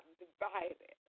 divided